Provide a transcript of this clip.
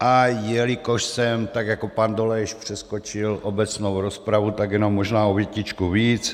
A jelikož jsem, tak jako pan Dolejš, přeskočil obecnou rozpravu, tak jenom možná o větičku víc.